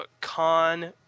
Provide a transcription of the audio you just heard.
Con